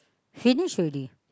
finish already